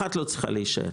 אחת לא צריכה להישאר.